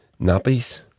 Nappies